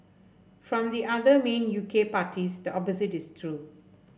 from the other main U K parties the opposite is true